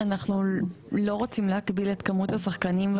אנחנו לא רוצים להגביל את כמות השחקנים במגרש.